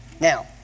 Now